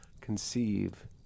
Conceive